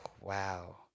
wow